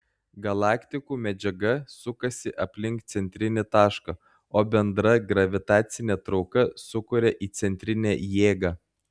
galaktikų medžiaga sukasi aplink centrinį tašką o bendra gravitacinė trauka sukuria įcentrinę jėgą